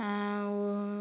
ଆଉ